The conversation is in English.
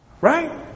Right